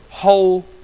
Whole